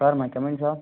sir may I come in sir